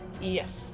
Yes